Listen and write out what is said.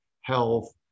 health